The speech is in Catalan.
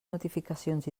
notificacions